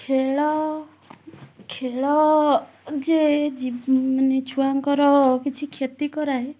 ଖେଳ ଖେଳ ଯେ ମାନେ ଛୁଆଙ୍କର କିଛି କ୍ଷତି କରାଏ